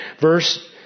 Verse